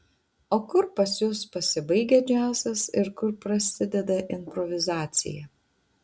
o kur pas jus pasibaigia džiazas ir kur prasideda improvizacija